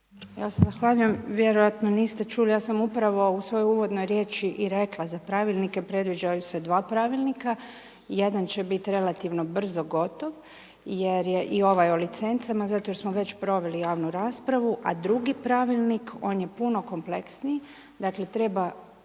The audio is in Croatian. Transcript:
Ja se zahvaljujem. Vjerojatno niste čuli, ja sam upravo u svojoj uvodnoj riječi i rekla za pravilnike, predviđaju se dva pravilnika, jedan će biti relativno brzo gotov jer je i ovaj o licencama zato jer smo već proveli javnu raspravu. A drugi pravilnik on je puno kompleksniji, dakle treba,